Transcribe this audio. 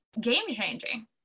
game-changing